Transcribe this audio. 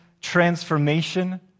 transformation